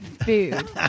food